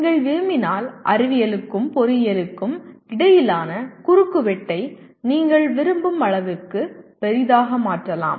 நீங்கள் விரும்பினால் அறிவியலுக்கும் பொறியியலுக்கும் இடையிலான குறுக்குவெட்டை நீங்கள் விரும்பும் அளவுக்கு பெரியதாக மாற்றலாம்